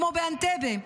כמו באנטבה,